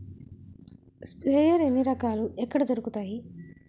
Sprayer ఎన్ని రకాలు? ఎక్కడ దొరుకుతాయి?